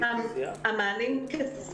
לקיים מפגשים מצומצמים בין המטפלים והתלמידים וכדומה.